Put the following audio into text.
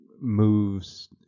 moves